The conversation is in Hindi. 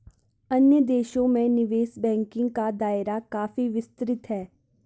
अन्य देशों में निवेश बैंकिंग का दायरा काफी विस्तृत है